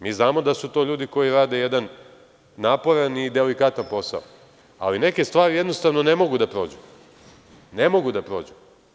Mi znamo da su to ljudi koji rade jedan naporan i delikatan posao, ali neke stvari jednostavno ne mogu da prođu, ne mogu da prođu.